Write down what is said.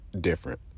different